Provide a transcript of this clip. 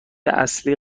اصلی